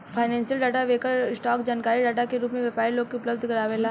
financial data vendor, stock जानकारी data के रूप में व्यापारी लोग के उपलब्ध कारावेला